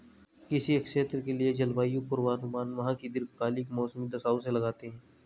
किसी क्षेत्र के लिए जलवायु पूर्वानुमान वहां की दीर्घकालिक मौसमी दशाओं से लगाते हैं